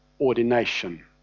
ordination